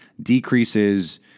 decreases